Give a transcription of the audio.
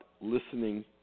listening